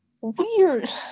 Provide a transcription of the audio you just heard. weird